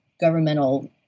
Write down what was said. governmental